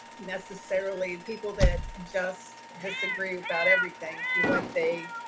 necessarily, people that just disagree about everything, what they,